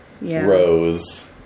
Rose